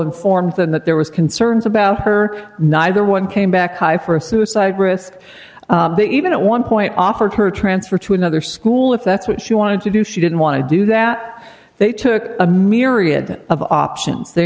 them that there was concerns about her neither one came back for a suicide risk even at one point offered her a transfer to another school if that's what she wanted to do she didn't want to do that they took a myriad of options they